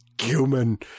Human